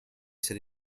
ser